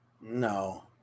No